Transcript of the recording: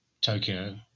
tokyo